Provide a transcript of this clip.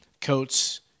coats